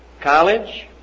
college